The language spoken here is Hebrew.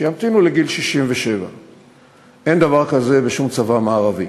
שימתינו לגיל 67. אין דבר כזה בשום צבא מערבי,